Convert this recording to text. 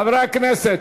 חברי הכנסת,